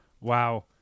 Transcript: Wow